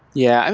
yeah,